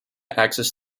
access